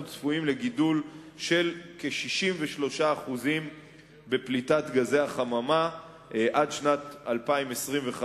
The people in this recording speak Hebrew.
אנחנו צפויים לגידול של כ-63% בפליטת גזי החממה עד שנת 2025,